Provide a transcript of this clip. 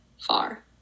far